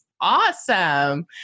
awesome